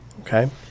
okay